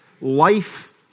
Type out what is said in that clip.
life